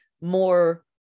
more